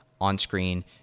on-screen